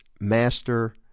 master